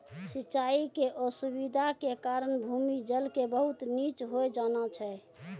सिचाई के असुविधा के कारण भूमि जल के बहुत नीचॅ होय जाना छै